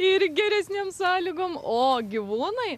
ir geresnėm sąlygom o gyvūnai